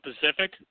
Pacific